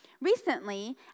Recently